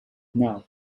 now